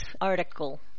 article